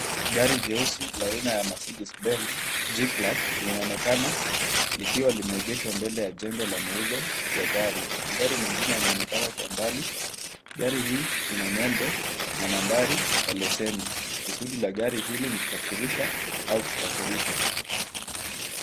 Gari jeusi la aina ya mercedece benz G class linaonekana likiwa limeegeshwa mbele ya jengo la mauzo ya gari. Magari mengine yanaonekana kwa mbali, gari hii ina nembo na nambari ya leseni, kusudi la gari hili ni kusafirisha au kusafirishwa.